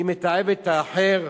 היא מתעבת את האחר.